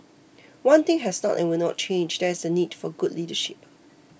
one thing has not and will not change that is the need for good leadership